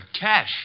cash